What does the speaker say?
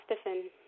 stiffen